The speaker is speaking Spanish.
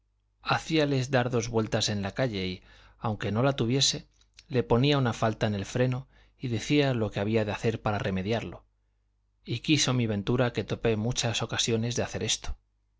querían vender hacíale dar dos vueltas en la calle y aunque no la tuviese le ponía una falta en el freno y decía lo que había de hacer para remediarlo y quiso mi ventura que topé muchas ocasiones de hacer esto